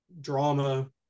drama